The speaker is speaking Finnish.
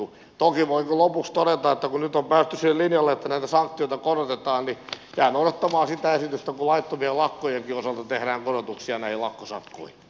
toki voin kyllä lopuksi todeta että kun nyt on päästy sille linjalle että näitä sanktioita korotetaan jään odottamaan sitä esitystä kun laittomien lakkojenkin osalta tehdään korotuksia näihin lakkosakkoihin